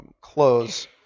close